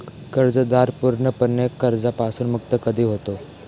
कर्जदार पूर्णपणे कर्जापासून मुक्त कधी होतो?